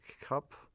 Cup